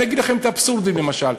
אני אגיד לכם את האבסורדים, למשל.